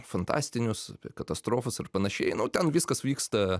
fantastinius katastrofas ar panašiai nu ten viskas vyksta